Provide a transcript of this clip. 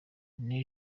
n’a